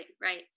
right